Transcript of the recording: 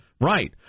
Right